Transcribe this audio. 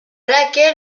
laquais